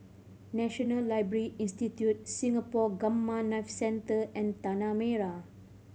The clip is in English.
National Library Institute Singapore Gamma Knife Centre and Tanah Merah